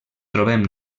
trobem